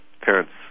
parents